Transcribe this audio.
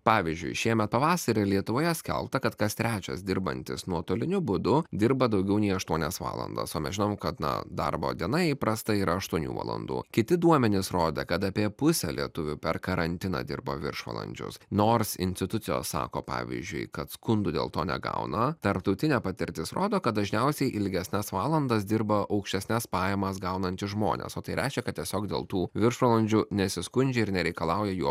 pavyzdžiui šiemet pavasarį lietuvoje skelbta kad kas trečias dirbantis nuotoliniu būdu dirba daugiau nei aštuonias valandas o mes žinome kad na darbo diena įprastai yra aštuonių valandų kiti duomenys rodė kad apie pusė lietuvių per karantiną dirba viršvalandžius nors institucijos sako pavyzdžiui kad skundų dėl to negauna tarptautinė patirtis rodo kad dažniausiai ilgesnes valandas dirba aukštesnes pajamas gaunantys žmonės o tai reiškia kad tiesiog dėl tų viršvalandžių nesiskundžia ir nereikalauja jų